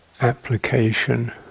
application